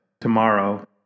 tomorrow